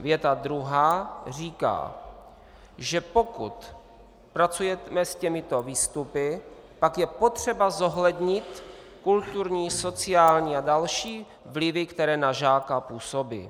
Věta druhá říká, že pokud pracujeme s těmito výstupy, pak je potřeba zohlednit kulturní, sociální a další vlivy, které na žáka působí.